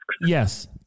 yes